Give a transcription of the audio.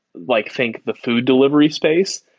like think the food delivery space,